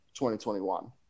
2021